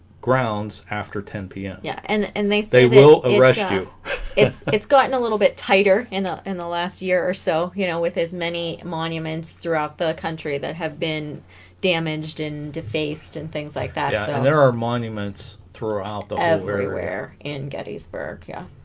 grounds after ten p m. yeah and and they they will arrest you if it's gotten a little bit tighter in ah in the last year or so you know with as many monuments throughout the country that have been damaged and defaced and things like that there are monuments throughout the everywhere in gettysburg yeah